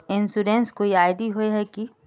Insurance कोई ID होय है की?